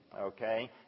okay